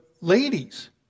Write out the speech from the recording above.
ladies